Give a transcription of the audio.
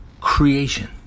creation